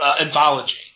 anthology